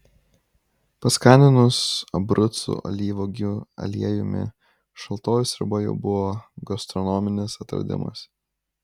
paskaninus abrucų alyvuogių aliejumi šaltoji sriuba jau buvo gastronominis atradimas